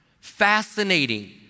Fascinating